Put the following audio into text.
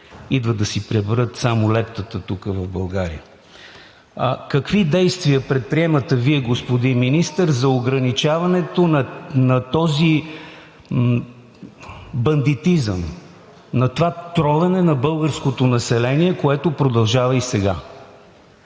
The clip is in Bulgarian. идват да си приберат само лептата тук, в България. Какви действия предприемате Вие, господин Министър, за ограничаването на този бандитизъм, на това тровене на българското население, което продължава и сега?